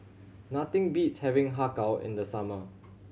nothing beats having Har Kow in the summer